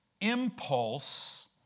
impulse